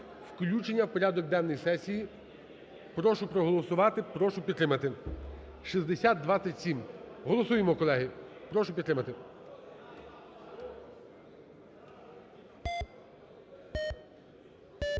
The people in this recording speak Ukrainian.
Включення в порядок денний сесії. Прошу проголосувати, прошу підтримати. 6027. Голосуємо, колеги. Прошу підтримати.